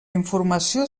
informació